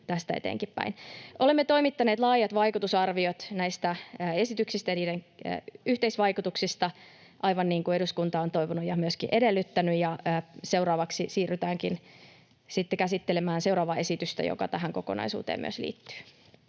Olemme toimittaneet laajat vaikutusarviot näistä esityksistä ja niiden yhteisvaikutuksista, aivan niin kuin eduskunta on toivonut ja myöskin edellyttänyt. Seuraavaksi siirrytäänkin sitten käsittelemään seuraavaa esitystä, joka tähän kokonaisuuteen myös liittyy.